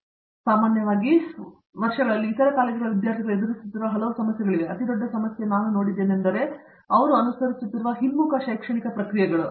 professor Babu Vishwanath ಸಾಮಾನ್ಯವಾಗಿ ವರ್ಷಗಳಲ್ಲಿ ಇತರ ಕಾಲೇಜುಗಳ ವಿದ್ಯಾರ್ಥಿಗಳು ಎದುರಿಸುತ್ತಿರುವ ಹಲವು ಸಮಸ್ಯೆಗಳು ಅತಿದೊಡ್ಡ ಸಮಸ್ಯೆಯನ್ನು ನಾನು ನೋಡಿದ್ದೇನೆಂದರೆ ನಾವು ಅನುಸರಿಸುತ್ತಿರುವ ಹಿಮ್ಮುಖ ಶೈಕ್ಷಣಿಕ ಪ್ರಕ್ರಿಯೆಗಳು